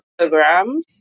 Instagram